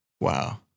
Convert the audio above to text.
Wow